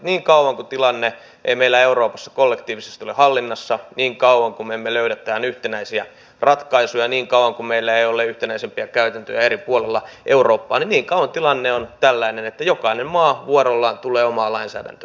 niin kauan kuin tilanne ei meillä euroopassa kollektiivisesti ole hallinnassa niin kauan kuin me emme löydä tähän yhtenäisiä ratkaisuja niin kauan kuin meillä ei ole yhtenäisempiä käytäntöjä eri puolilla eurooppaa niin kauan tilanne on tällainen että jokainen maa vuorollaan tulee omaa lainsäädäntöään kiristämään